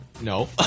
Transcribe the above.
No